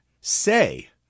say